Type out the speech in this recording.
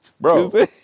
Bro